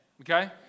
okay